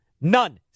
None